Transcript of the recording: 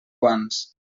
guants